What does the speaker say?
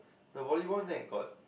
the volleyball net got